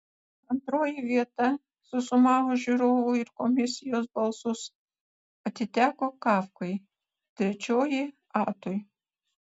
antroji vieta susumavus žiūrovų ir komisijos balsus atiteko kafkai trečioji atui